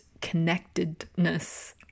connectedness